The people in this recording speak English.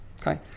Okay